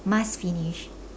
must finish